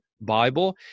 bible